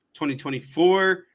2024